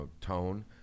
tone